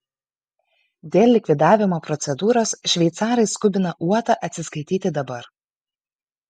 dėl likvidavimo procedūros šveicarai skubina uotą atsiskaityti dabar